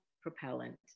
propellant